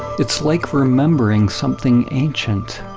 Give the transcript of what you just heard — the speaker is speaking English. it's like remembering something ancient.